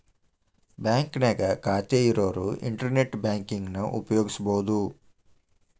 ಬಾಂಕ್ನ್ಯಾಗ ಖಾತೆ ಇರೋರ್ ಇಂಟರ್ನೆಟ್ ಬ್ಯಾಂಕಿಂಗನ ಉಪಯೋಗಿಸಬೋದು